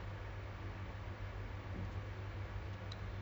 ya but I prefer to study and work so